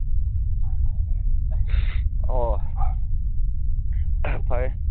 ꯑꯣꯑꯣ ꯐꯔꯦ